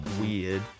weird